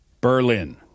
Berlin